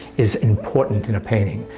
is important in a painting.